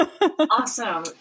Awesome